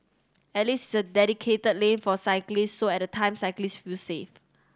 at least it's a dedicated lane for cyclists so at a time cyclists feel safe